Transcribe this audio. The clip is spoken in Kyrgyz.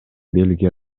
бельгия